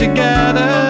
Together